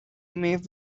may